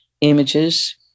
images